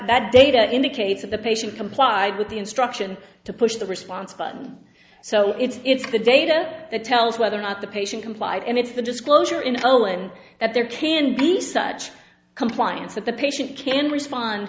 that data indicates that the patient complied with the instruction to push the response fund so it's the data that tells whether or not the patient complied and it's the disclosure in ireland that there can be such compliance that the patient can respond